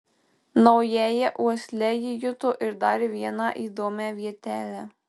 naująja uosle ji juto ir dar vieną įdomią vietelę